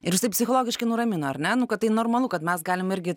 ir psichologiškai nuramino ar ne nu kad tai normalu kad mes galim irgi